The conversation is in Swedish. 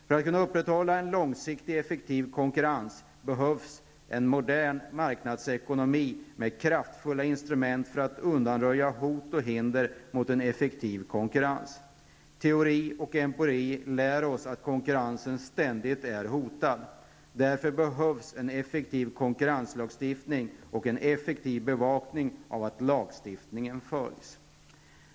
För att kunna upprätthålla en långsiktigt effektiv konkurrens behövs i en modern marknadsekonomi kraftfulla instrument för att undanröja hot och hinder mot en effektiv konkurrens. Teori och empiri lär oss att konkurrensen ständigt är hotad. Därför behövs en effektiv konkurrenslagstiftning och en effektiv bevakning av att lagstiftningen följs.